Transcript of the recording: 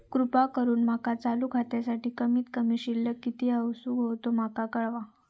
कृपा करून माका चालू खात्यासाठी कमित कमी शिल्लक किती असूक होया ते माका कळवा